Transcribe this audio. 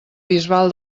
bisbal